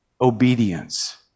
obedience